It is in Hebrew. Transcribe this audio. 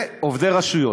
ועובדי רשויות.